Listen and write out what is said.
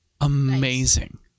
Amazing